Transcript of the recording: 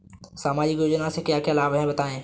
सामाजिक योजना से क्या क्या लाभ हैं बताएँ?